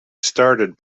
started